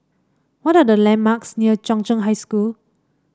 what are the landmarks near Chung Cheng High School